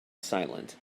silent